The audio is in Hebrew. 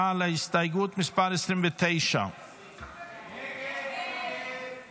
על הסתייגות מס' 29. הסתייגות 29